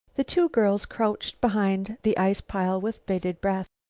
the two girls crouched behind the ice pile with bated breath.